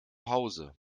hause